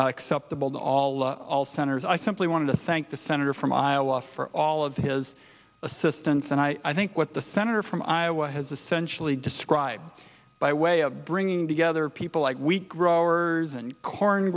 acceptable to all of all senators i simply want to thank the senator from iowa for all of his assistance and i think what the senator from iowa has essentially described by way of bringing together people like wheat growers and corn